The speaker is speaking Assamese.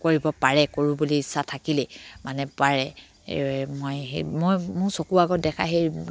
কৰিব পাৰে কৰোঁ বুলি ইচ্ছা থাকিলে মানে পাৰে মই সেই মই মোৰ চকু আগত দেখা সেই